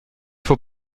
faut